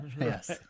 yes